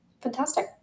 fantastic